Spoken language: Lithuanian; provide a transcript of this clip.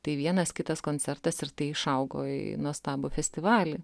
tai vienas kitas koncertas ir tai išaugo į nuostabų festivalį